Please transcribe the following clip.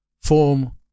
form